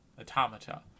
automata